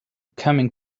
coming